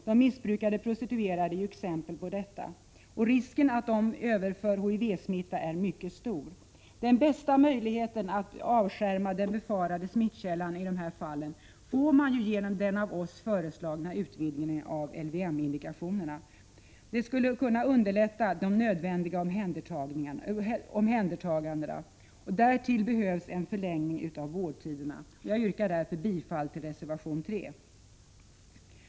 De missbrukande prostituerade utgör exempel på detta. Risken för att de överför HIV-smitta är ju mycket stor. Den bästa möjligheten att avskärma den befarade smittkällan i dessa fall ger den av oss föreslagna utvidgningen av LVM indikationerna. Det skulle kunna underlätta de nödvändiga omhändertagandena. Dessutom behöver vårdtiderna förlängas. Jag yrkar därför bifall till reservation 3.